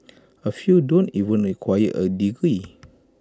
A few don't even require A degree